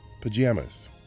pajamas